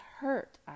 hurt